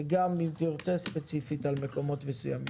וגם אם תרצה ספציפית על מקומות מסוימים.